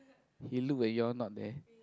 he look when you all not there